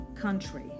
country